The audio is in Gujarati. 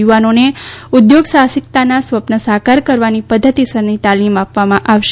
યુવાનોને ઉધ્યોગ સાહસિકતાના સ્વપ્ન સાકાર કરવાની પધ્ધતિસરની તાલીમ આપવામાં આવશે